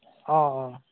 অঁ অঁ